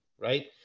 right